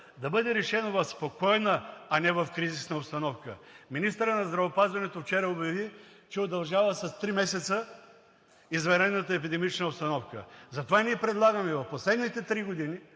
да бъде решено в спокойна, а не в кризисна обстановка. Министърът на здравеопазването вчера обяви, че удължава с три месеца извънредната епидемична обстановка. Затова ние предлагаме в последните три